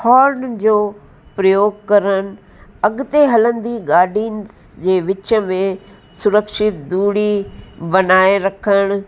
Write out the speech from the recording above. horn जो प्रयोगु करण अॻिते हलंदी गाॾियुन जे विच में सुरक्षित दूरी बणाए रखण